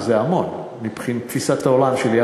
וזה המון בתפיסת העולם שלי,